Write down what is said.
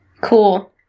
Cool